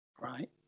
Right